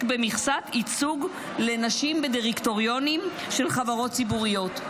במכסת ייצוג לנשים בדירקטוריונים של חברות ציבוריות.